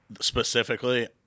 specifically